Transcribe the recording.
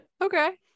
Okay